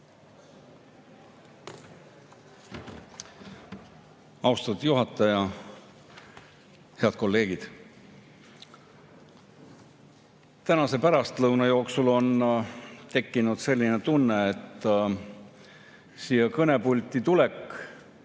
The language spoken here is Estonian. Austatud juhataja! Head kolleegid! Tänase pärastlõuna jooksul on tekkinud selline tunne, et siia kõnepulti tulek